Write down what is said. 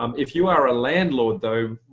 um if you are a landlord though,